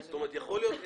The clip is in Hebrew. יכול להיות עסק.